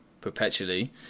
perpetually